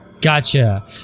Gotcha